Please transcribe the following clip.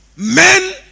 men